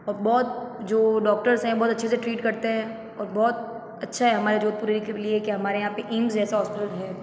और बहुत जो डॉक्टर्स हैं बहुत अच्छे से ट्रीट करते हैं और बहुत अच्छा है हमारे जोधपुर के लिए के हमारे यहाँ पर एम्स जैसा हॉस्पिटल है